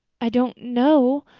i don't know,